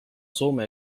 soome